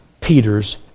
Peter's